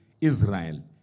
Israel